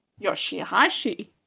Yoshihashi